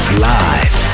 live